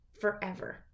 forever